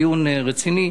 דיון רציני.